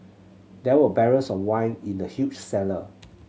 there were barrels of wine in the huge cellar